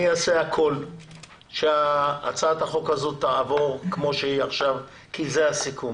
אני אעשה הכול שהצעת החוק הזאת תעבור כמו שהיא עכשיו כי זה הסיכום.